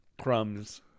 Crumb's